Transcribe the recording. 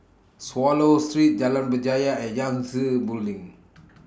Swallow Street Jalan Berjaya and Yangtze Building